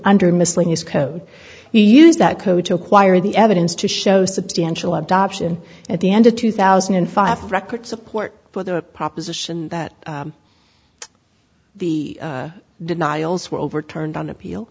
under miscellaneous code he used that code to acquire the evidence to show substantial adoption at the end of two thousand and five record support for the proposition that the denials were overturned on appeal